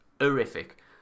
Horrific